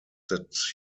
that